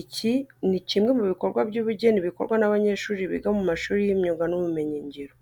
Iki ni kimwe mu bikorwa by'ubugeni bikorwa n'abanyeshuri biga mu mashuri y'imyuga n'ibumenyingiro.